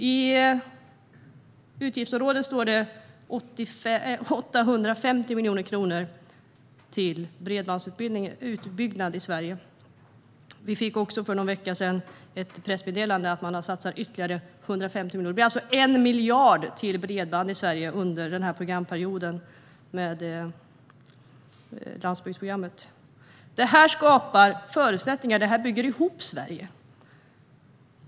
I budgeten för utgiftsområdet står det att 850 miljoner kronor går till bredbandsutbyggnad i Sverige. Vi fick för någon vecka sedan ett pressmeddelande om att man satsar ytterligare 150 miljoner. Det blir alltså 1 miljard till bredband i Sverige under den här programperioden med landsbygdsprogrammet. Det här skapar förutsättningar. Det bygger ihop Sverige.